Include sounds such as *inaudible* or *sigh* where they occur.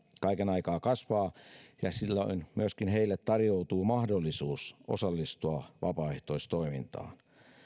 kaiken aikaa kasvaa *unintelligible* *unintelligible* *unintelligible* *unintelligible* *unintelligible* *unintelligible* ja silloin myöskin heille tarjoutuu mahdollisuus osallistua vapaaehtoistoimintaan